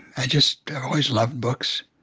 just always loved books.